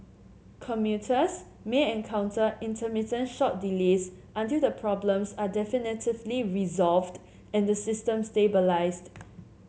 commuters may encounter intermittent short delays until the problems are definitively resolved and the system stabilised